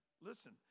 Listen